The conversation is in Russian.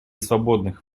свободных